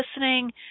listening